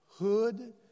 hood